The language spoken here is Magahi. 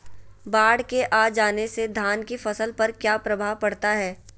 बाढ़ के आ जाने से धान की फसल पर किया प्रभाव पड़ता है?